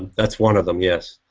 that's one of them yes!